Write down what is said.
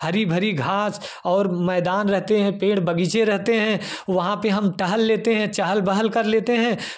हरी भरी घास और मैदान रहते हैं पेड़ बगीचे रहते हैं वहाँ पर हम टहल लेते हैं चाल बहल कर लेते हैं